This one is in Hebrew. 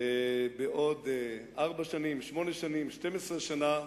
בעוד ארבע שנים, שמונה שנים, 12 שנים.